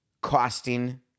costing